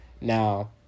now